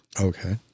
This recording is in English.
Okay